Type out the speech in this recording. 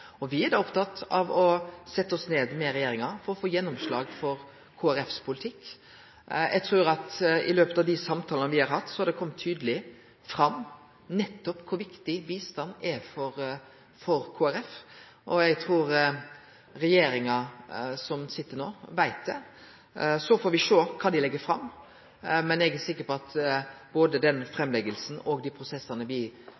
kjem først. Me er opptatt av å setje oss ned med regjeringa for å få gjennomslag for Kristeleg Folkepartis politikk. Eg trur at i dei samtalane me har hatt, har det komme tydeleg fram nettopp kor viktig bistand er for Kristeleg Folkeparti. Eg trur at regjeringa som sit no, veit det. Så får me sjå kva dei legg fram. Men eg er sikker på at